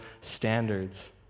standards